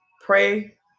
pray